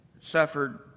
suffered